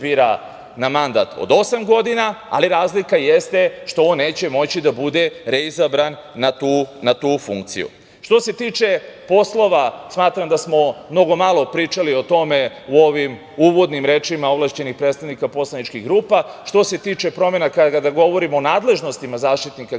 na mandat od osam godina, ali razlika jeste što on neće moći da bude reizabran na tu funkciju. Što se tiče poslova, smatram da smo malo pričali o tome u ovim uvodnim rečima ovlašćenih predstavnika poslaničkih grupa. Što se tiče promena kada govorimo o nadležnostima Zaštitnika građana